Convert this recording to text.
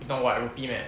if not [what] rupee meh